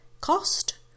Cost